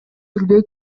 билбей